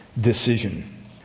decision